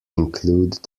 include